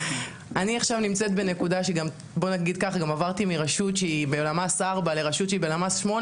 אני עכשיו נמצאת בנקודה שעברתי מרשות שהיא בלמ"ס 4 לרשות שהיא בלמ"ס 8,